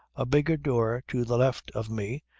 a bigger door to the left of me,